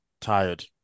tired